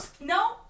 no